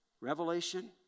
Revelation